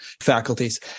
faculties